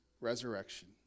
resurrection